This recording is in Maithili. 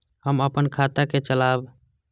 हम अपन खाता के चलाब?